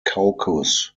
caucus